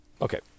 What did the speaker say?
Okay